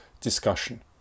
discussion